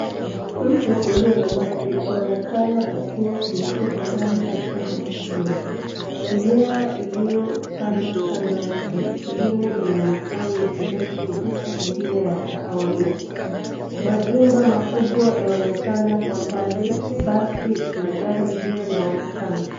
Mto ulio na maji onekana ukiwa umetupwa ndani uchafu mwingi. Mimea iliyopandwa kando yake ingine ina matawi ya kijani kibichi ingine ya kahawia. Majumba makubwa yaonekana kwa mbali basi na gari pia laonekana.